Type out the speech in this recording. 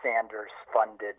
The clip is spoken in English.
Sanders-funded